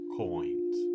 coins